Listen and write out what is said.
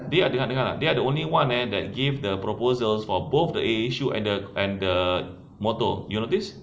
dengar dengar dengar they are the only one eh that give the proposals for both the air issue and the and the motor you notice